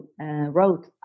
wrote